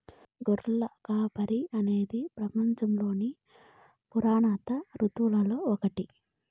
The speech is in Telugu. గొర్రెల కాపరి అనేది పపంచంలోని పురాతన వృత్తులలో ఒకటి